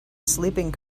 sleeping